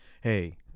Hey